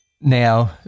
now